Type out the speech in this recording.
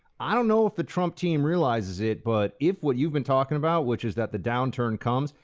i don't know if the trump team realizes it, but if what you've been talking about, which is that the downturn comes,